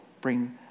bring